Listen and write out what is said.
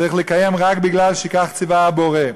צריך לקיים רק בגלל שכך ציווה הבורא.